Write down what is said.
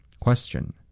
Question